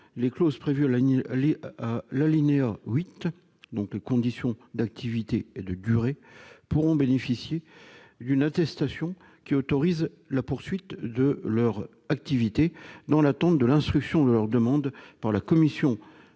les clauses prévues à l'alinéa 8, concernant les conditions d'activité et de durée, pourront bénéficier d'une attestation autorisant la poursuite de leur activité, dans l'attente de l'instruction de leur demande par la commission compétente,